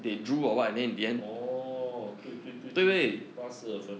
oh 对对对对八四的分